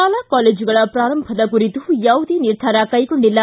ಶಾಲಾ ಕಾಲೇಜುಗಳ ಪಾರಂಭದ ಕುರಿತು ಯಾವುದೇ ನಿರ್ಧಾರ ಕೈಗೊಂಡಿಲ್ಲ